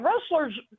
wrestlers